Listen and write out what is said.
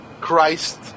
christ